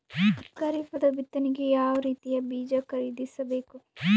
ಖರೀಪದ ಬಿತ್ತನೆಗೆ ಯಾವ್ ರೀತಿಯ ಬೀಜ ಖರೀದಿಸ ಬೇಕು?